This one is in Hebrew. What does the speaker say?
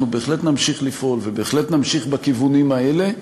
אנחנו בהחלט נמשיך לפעול ובהחלט נמשיך בכיוונים האלה.